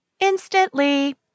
instantly